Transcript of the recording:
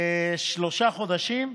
בשלושה חודשים,